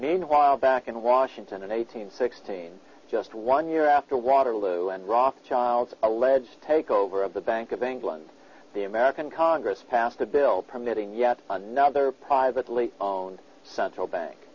meanwhile back in washington eighteen sixteen just one year after waterloo and rothschilds alleged takeover of the bank of england the american congress passed a bill permitting yet another privately owned central bank